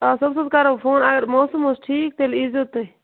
اَدٕ صُبحس حظ کرو فون اَگر موسَم اوس ٹھیٖک تیٚلہِ ییٖزیٚو تُہۍ